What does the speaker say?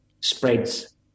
spreads